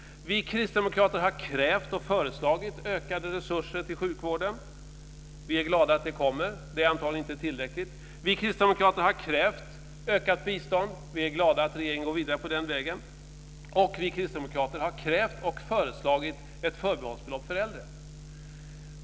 Vi kristdemokrater har krävt och föreslagit ökade resurser till sjukvården. Vi är glada att det kommer. Det är antagligen inte tillräckligt. Vi kristdemokrater har krävt ökat bistånd, och vi är glada att regeringen går vidare på den vägen. Vi kristdemokrater har krävt och föreslagit ett förbehållsbelopp för äldre.